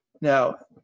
Now